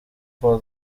kuwa